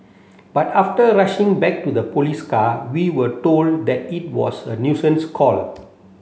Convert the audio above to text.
but after rushing back to the police car we were told that it was a nuisance call